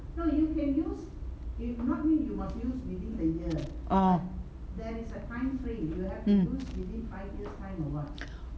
orh mm